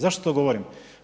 Zašto to govorim?